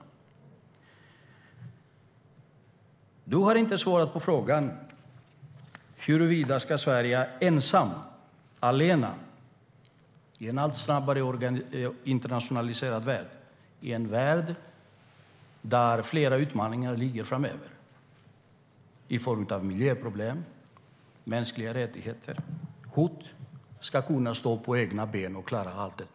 Johnny Skalin har inte svarat på frågan om huruvida Sverige skulle kunna stå på egna ben, ensamt och allena i en allt snabbare internationaliserad värld, och klara av de utmaningar och hot som ligger framför oss gällande miljö, mänskliga rättigheter och annat.